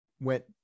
went